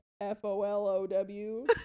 F-O-L-O-W